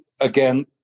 again